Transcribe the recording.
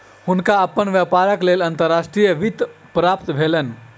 हुनका अपन व्यापारक लेल अंतर्राष्ट्रीय वित्त प्राप्त भेलैन